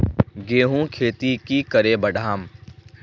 गेंहू खेती की करे बढ़ाम?